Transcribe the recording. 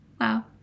Wow